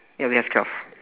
ya we have twelve